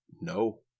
No